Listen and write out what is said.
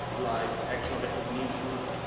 like actual recognition.